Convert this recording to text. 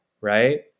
Right